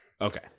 okay